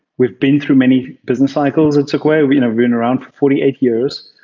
we've been through many business cycles that took way. we've been around for forty eight years.